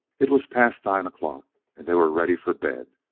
it was past nine o'clock, and they were ready for bed.